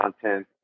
content